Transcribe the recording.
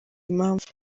impamvu